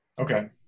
Okay